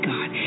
God